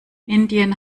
indien